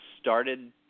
started